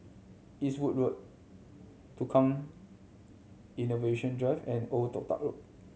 Eastwood Road Tukang Innovation Drive and Old Toh Tuck Road